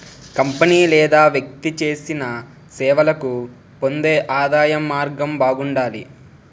company లేదా వ్యక్తి చేసిన సేవలకు పొందే ఆదాయం మార్గం బాగుండాలి